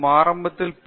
ஆரம்பத்தில் பி